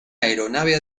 aeronave